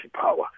power